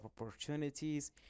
opportunities